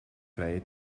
vrije